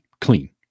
clean